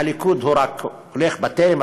הליכוד רק הולך בתלם,